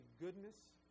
goodness